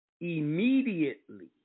immediately